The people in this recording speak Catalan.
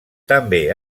també